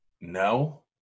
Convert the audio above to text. no